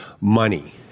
money